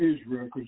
Israel